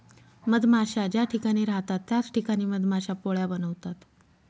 मधमाश्या ज्या ठिकाणी राहतात त्याच ठिकाणी मधमाश्या पोळ्या बनवतात